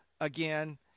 again